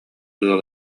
ыал